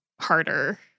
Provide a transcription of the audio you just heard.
harder